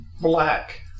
black